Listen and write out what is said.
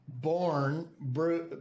born